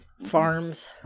Farms